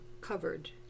covered